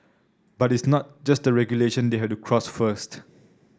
but it's not just the regulation they have to cross first